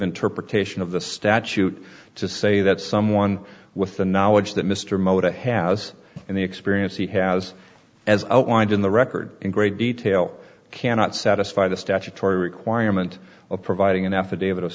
interpretation of the statute to say that someone with the knowledge that mr mota has the experience he has as outlined in the record in great detail cannot satisfy the statutory requirement of providing an affidavit of